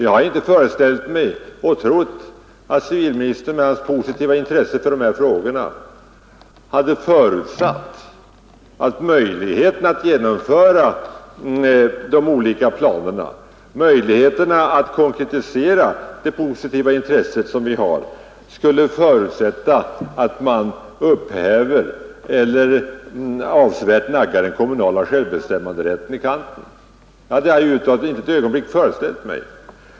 Jag har inte föreställt mig att civilministern, med hans inställning till dessa frågor, skulle anse att möjligheten att genomföra de olika planerna och konkretisera det positiva intresset för miljövården förutsätter att man upphäver den kommunala självbestämmanderätten eller avsevärt naggar den i kanten. Det har jag inte ett ögonblick föreställt mig.